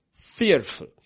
fearful